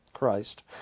Christ